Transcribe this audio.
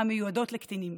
המיועדות לקטינים